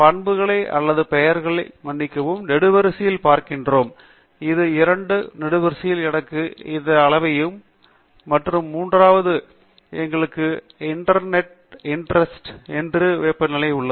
பண்புகளை அல்லது பெயர்களை மன்னிக்கவும் நெடுவரிசைகளை பார்க்கிறோம் இது முதல் இரண்டு நெடுவரிசைகள் எனக்கு இந்த நாள் அளவையும் மற்றும் மூன்றாவது ஒரு எங்களுக்கு இன்ட்ரெஸ்ட் என்று ஒரு வெப்பநிலை உள்ளது